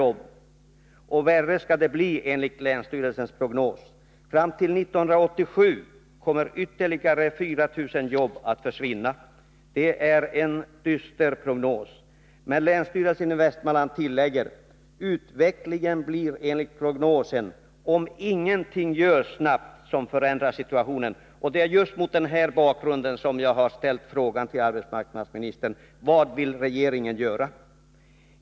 Och värre skall det bli enligt länsstyrelsens prognos. Fram till 1987 kommer ytterligare 4000 jobb att försvinna. Det är en dyster prognos, men länsstyrelsen tillägger: Utvecklingen blir enligt prognosen, om det inte snabbt görs någonting som förändrar situationen. Det är just mot denna bakgrund som jag ställt min fråga till arbetsmarknadsministern: Vad vill regeringen göra?